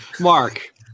Mark